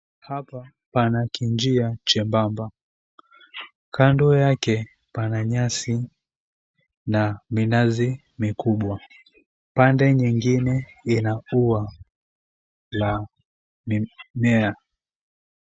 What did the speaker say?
Hapa pana kinjia chembamba. Kando yake pana nyasi na minazi mikubwa pande nyingine lina ua la mimea.